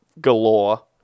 galore